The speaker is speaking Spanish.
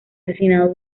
asesinado